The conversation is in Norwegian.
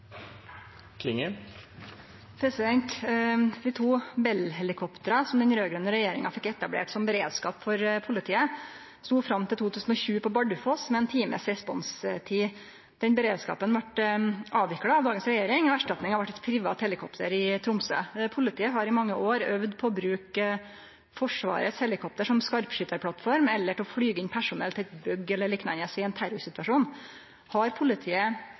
på Bardufoss med ein times responstid. Den beredskapen vart avvikla av dagens regjering. Erstatninga vart eit privat helikopter i Tromsø. Politiet har i mange år øvd på å bruke Forsvarets helikopter som skarpskyttarplattform eller til å flyge inn personell til eit bygg eller liknande i ein terrorsituasjon. Har politiet